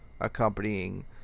accompanying